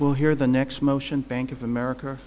well here the next motion bank of america